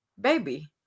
baby